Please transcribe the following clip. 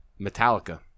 Metallica